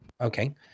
okay